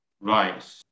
Right